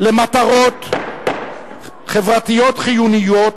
למטרות חברתיות חיוניות,